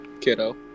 kiddo